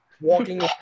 walking